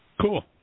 cool